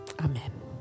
Amen